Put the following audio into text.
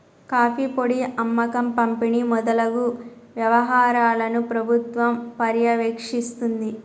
coffee పొడి అమ్మకం పంపిణి మొదలగు వ్యవహారాలను ప్రభుత్వం పర్యవేక్షిస్తుంది